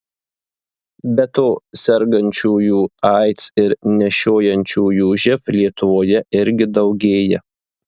be to sergančiųjų aids ir nešiojančiųjų živ lietuvoje irgi daugėja